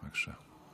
בבקשה.